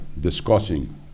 discussing